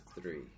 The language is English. three